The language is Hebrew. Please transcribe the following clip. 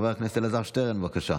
חבר הכנסת אלעזר שטרן, בבקשה.